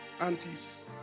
aunties